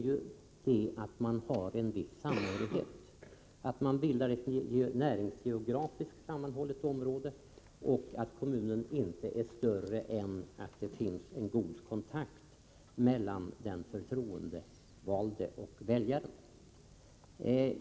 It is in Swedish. Jo, att man känner en viss samhörighet samt att kommunen bildar ett geografiskt sammanhållet område och inte är större än att det finns en god kontakt mellan den förtroendevalde och väljaren.